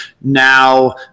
Now